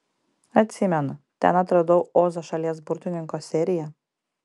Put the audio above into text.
atsimenu ten atradau ozo šalies burtininko seriją